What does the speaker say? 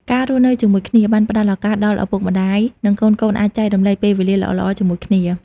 ការរស់នៅជាមួយគ្នា បានផ្ដល់ឱកាសដល់ឪពុកម្តាយ និងកូនៗ អាចចែករំលែកពេលវេលាល្អៗជាមួយគ្នា។